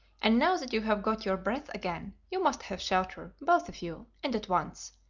and now that you have got your breath again, you must have shelter, both of you, and at once.